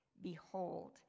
Behold